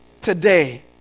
Today